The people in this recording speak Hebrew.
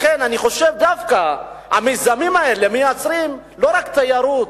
לכן אני חושב דווקא שהמיזמים האלה מייצרים לא רק תיירות,